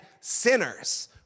sinners